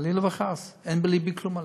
חלילה וחס, אין בלבי כלום עליהם.